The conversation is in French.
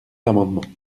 l’amendement